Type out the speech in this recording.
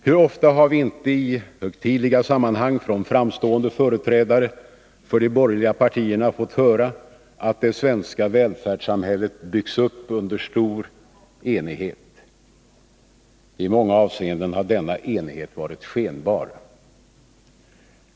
Hur ofta har vi inte i högtidliga sammanhang från framstående företrädare för de borgerliga partierna fått höra att det svenska välfärdssamhället byggts upp under stor enighet. I många avseenden har denna enighet varit skenbar.